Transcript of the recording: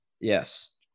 Yes